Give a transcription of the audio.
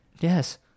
Yes